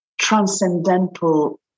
transcendental